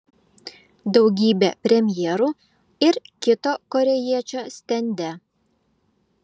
daugybė premjerų ir kito korėjiečio stende